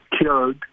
killed